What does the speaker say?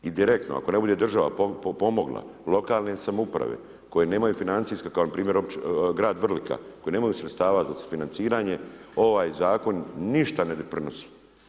I direktno ako ne bude država pomogla lokalne samouprave koje nemaju financijske kao npr. grad Vrlika koji nemaju sredstava za sufinanciranje ovaj zakon ništa ne doprinosi.